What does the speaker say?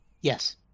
Yes